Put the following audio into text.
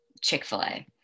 Chick-fil-A